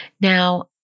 Now